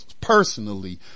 personally